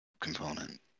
component